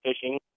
fishing